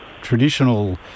traditional